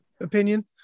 opinion